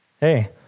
Hey